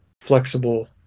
flexible